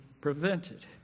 prevented